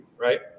Right